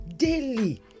Daily